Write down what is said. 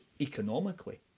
economically